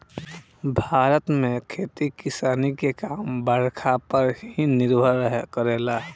भारत में खेती किसानी के काम बरखा पर ही निर्भर करेला